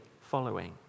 following